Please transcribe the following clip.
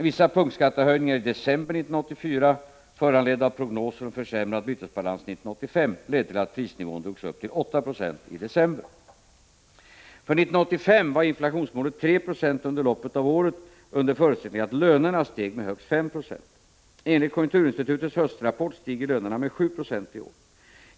Vissa punktskattehöjningar i december 1984, föranledda av prognoser om försämrad bytesbalans 1985, ledde till att prisnivån drogs upp till 8 96 i december. För 1985 var inflationsmålet 3 26 under loppet av året under förutsättning att lönerna steg med högst 5 70. Enligt konjunkturinstitutets höstrapport stiger lönerna med 796 i år.